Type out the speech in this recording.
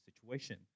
situation